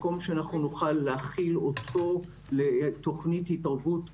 מקום שאנחנו נוכל להכיל אותו לתוכנית התערבות קצרה.